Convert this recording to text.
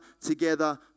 together